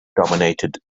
dominated